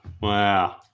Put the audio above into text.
Wow